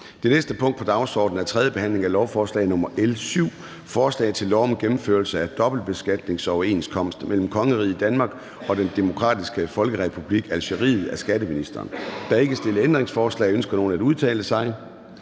Det næste punkt på dagsordenen er: 4) 3. behandling af lovforslag nr. L 7: Forslag til lov om gennemførelse af dobbeltbeskatningsoverenskomst mellem Kongeriget Danmark og Den Demokratiske Folkerepublik Algeriet. Af skatteministeren (Jeppe Bruus). (Fremsættelse